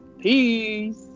Peace